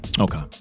okay